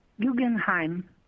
Guggenheim